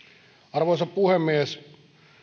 arvoisa puhemies